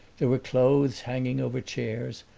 there were clothes hanging over chairs,